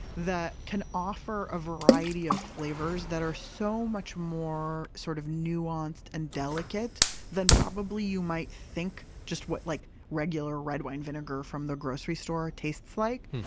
that can offer a variety of flavors that are so much more sort of nuanced and delicate than probably you might think just like regular red wine vinegar from the grocery store tastes like.